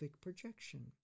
projection